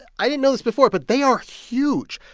i didn't know this before, but they are huge.